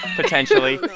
potentially.